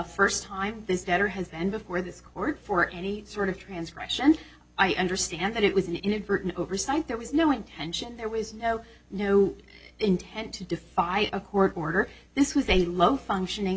first time this debtor has been before this court for any sort of transgression i understand that it was an inadvertent oversight there was no intention there was no no intent to defy a court order this was a low functioning